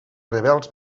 rebels